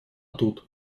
тут